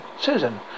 Susan